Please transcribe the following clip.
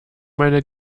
meine